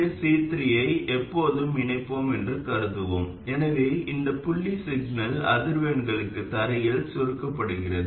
எங்களைப் பொறுத்த வரையில் மிகப் பெரிய C3 ஐ எப்போதும் இணைப்போம் என்று கருதுவோம் எனவே இந்த புள்ளி சிக்னல் அதிர்வெண்களுக்கு தரையில் சுருக்கப்படுகிறது